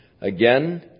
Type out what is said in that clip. Again